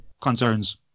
concerns